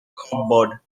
cupboard